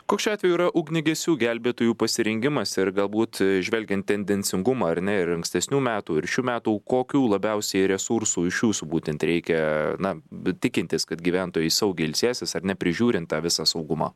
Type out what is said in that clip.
koks šiuo atveju yra ugniagesių gelbėtojų pasirengimas ir galbūt žvelgiant tendencingumą ar ne ir ankstesnių metų ir šių metų kokių labiausiai resursų iš jūsų būtent reikia na tikintis kad gyventojai saugiai ilsėsis ar ne prižiūrint tą visą saugumą